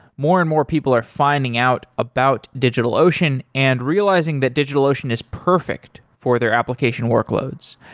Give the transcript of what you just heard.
more and more people are finding out about digitalocean and realizing that digitalocean is perfect for their application workloads.